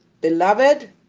beloved